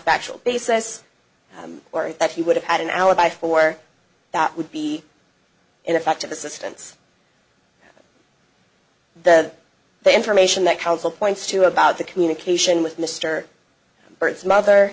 factual basis or that he would have had an alibi for that would be ineffective assistance the the information that counsel points to about the communication with mr birthmother